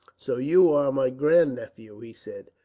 so you are my grandnephew, he said,